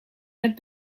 met